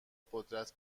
قدرت